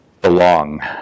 Belong